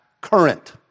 current